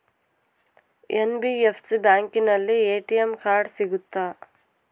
NBFC ಬ್ಯಾಂಕಿನಲ್ಲಿ ATM card ಸಿಗುತ್ತಾ?